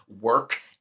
work